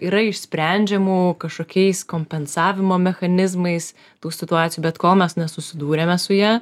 yra išsprendžiamų kažkokiais kompensavimo mechanizmais tų situacijų bet kol mes nesusidūrėme su ja